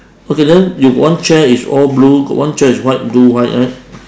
okay then you one chair is all blue got one chair is white blue white right